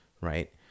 right